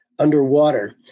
underwater